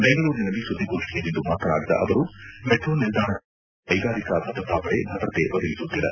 ಬೆಂಗಳೂರಿನಲ್ಲಿ ಸುದ್ದಿಗೋಷ್ಠಿಯಲ್ಲಿಂದು ಮಾತನಾಡಿದ ಅವರು ಮೆಟ್ರೋ ನಿಲ್ದಾಣಕ್ಕೆ ಖಾಸಗಿ ಹಾಗೂ ಕೈಗಾರಿಕಾ ಭದ್ರತಾ ಪಡೆ ಭದ್ರತೆ ಒದಗಿಸುತ್ತಿದೆ